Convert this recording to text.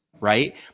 right